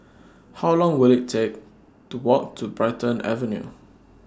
How Long Will IT Take to Walk to Brighton Avenue